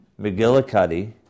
McGillicuddy